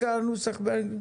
רק הנוסח באנגלית.